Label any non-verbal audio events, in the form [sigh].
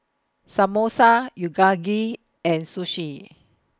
Samosa [unintelligible] and Sushi